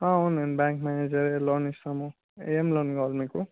అవును బ్యాంకు మేనేజరే లోన్ ఇస్తాము ఏం లోన్ కావాలి మీకు